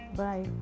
bye